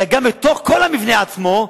אלא גם בתוך כל המבנה עצמו,